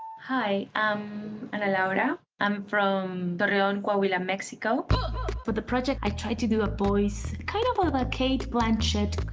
hi, i'm ana laura. i'm from torreon, coahuila, mexico. for the project, i tried to do a voice. kind of a cate blanchett,